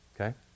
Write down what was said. okay